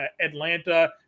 Atlanta